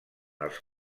els